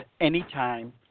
anytime